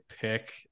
pick